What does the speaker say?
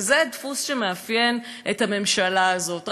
זה דפוס שמאפיין את הממשלה הזאת.